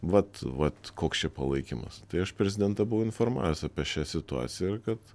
vat vat koks čia palaikymas tai aš prezidentą buvau informavęs apie šią situaciją ir kad